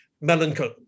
melancholy